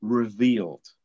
revealed